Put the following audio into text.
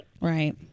Right